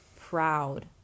proud